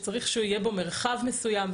צריך שיהיה בו מרחב מסוים,